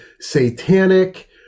satanic